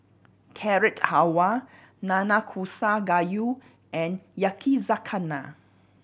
Carrot Halwa Nanakusa Gayu and Yakizakana